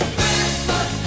Christmas